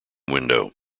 window